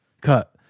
Cut